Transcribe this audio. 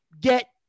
get